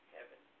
Heaven